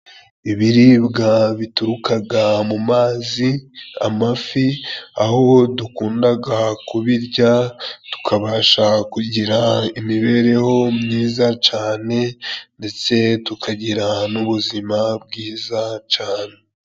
Ibiribwa biturukaga mu mazi amafi aho dukundaga kubirya tukabasha kugira imibereho myiza cane ndetse tukagira n'ubuzima bwiza cane.